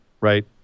right